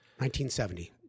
1970